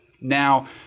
Now